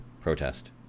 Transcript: protest